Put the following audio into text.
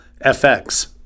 FX